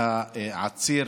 שהעציר